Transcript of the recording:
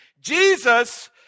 Jesus